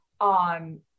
on